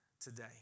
today